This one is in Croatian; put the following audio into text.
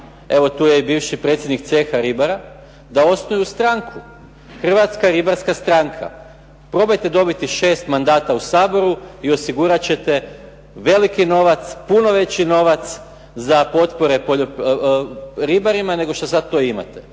evo tu je i bivši predsjednik CH Ribara, da osnuju stranku, Hrvatska ribarska stranka, probajte dobiti 6 mandata u Saboru, i osigurati ćete puno veći novac za potpore ribarima nego što sada imate,